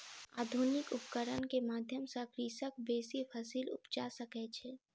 आधुनिक उपकरण के माध्यम सॅ कृषक बेसी फसील उपजा सकै छै